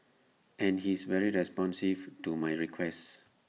and he's very responsive to my requests